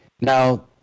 Now